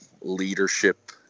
leadership